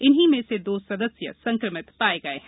इन्ही में से दो सदस्य संक्रमित पाए गए हैं